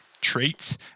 traits